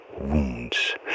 wounds